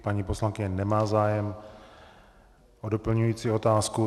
Paní poslankyně nemá zájem o doplňující otázku.